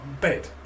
bed